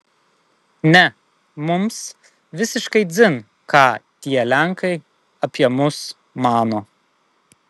ne mums visiškai dzin ką tie lenkai apie mus mano